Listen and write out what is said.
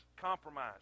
compromise